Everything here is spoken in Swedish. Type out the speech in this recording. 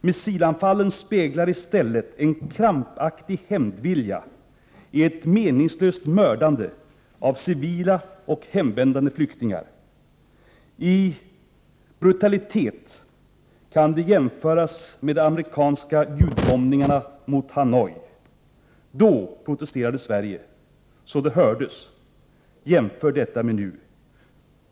Missilanfallen speglar i stället en krampaktig hämndvilja, ett meningslöst mördande av civila och hemvändande flyktingar. I brutalitet kan det jämföras med de amerikanska julbombningarna av Hanoi. Då protesterade Sverige, så det hördes. Jämför detta med nu!